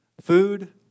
food